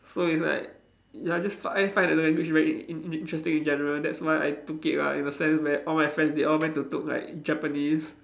so it's like ya just find find the language very in~ in~ interesting in general that's why I took it lah in the sense where all my friends they all went to took like Japanese